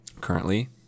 currently